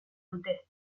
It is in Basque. dute